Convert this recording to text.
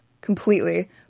completely